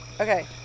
Okay